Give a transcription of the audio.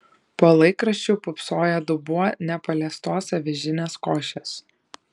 po laikraščiu pūpsojo dubuo nepaliestos avižinės košės